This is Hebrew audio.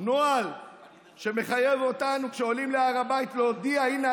נוהל שמחייב אותנו כשעולים להר הבית להודיע: הינה,